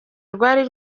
rwari